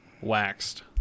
waxed